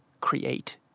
create